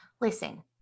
Listen